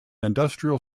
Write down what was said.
industrial